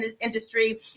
industry